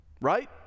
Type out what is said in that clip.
right